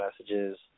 messages